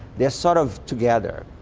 they are sort of together.